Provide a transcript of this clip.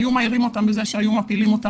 היו מעירים אותם בזה שהיו מפילים אותם